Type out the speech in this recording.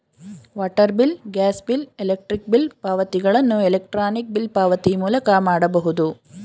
water bill, gas bill, electric bill ಪಾವತಿಗಳನ್ನು electronic bill ಪಾವತಿ ಮೂಲಕ ಮಾಡಬಹುದು